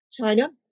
China